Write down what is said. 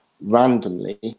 randomly